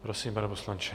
Prosím, pane poslanče.